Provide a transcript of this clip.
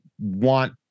want